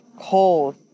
cold